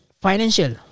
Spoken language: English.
financial